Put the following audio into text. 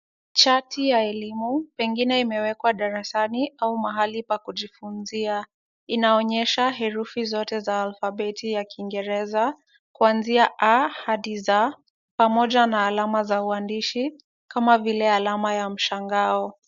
Chati ya elimu, pengine imewekwa darasani au mahali pa kujifunzia. Inaonyesha herufi zote za alphabeti ya kingereza kuanzia a hadi z, pamoja na alama za uandishi kama vile alama ya mshangao.